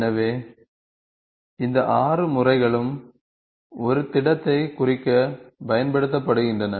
எனவே இந்த 6 முறைகளும் ஒரு திடத்தை குறிக்க பயன்படுத்தப்படுகின்றன